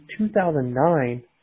2009